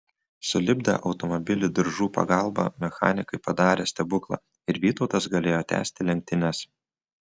sulipdę automobilį diržų pagalbą mechanikai padarė stebuklą ir vytautas galėjo tęsti lenktynes